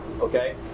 okay